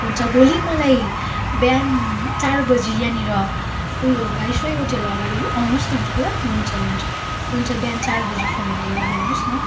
हुन्छ भोलि मलाई बिहान चार बजी यहाँनिर ऊ यो भाइसरोय होटल अगाडि आउनुहोस् न त ल हुन्छ हुन्छ बिहान चार बजी फोन गरेर भन्नुहोस् न